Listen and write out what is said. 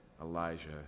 Elijah